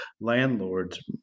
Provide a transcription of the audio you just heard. landlords